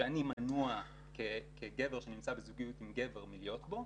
שאני מנוע כגבר שנמצא בזוגיות עם גבר להיות בו,